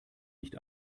nicht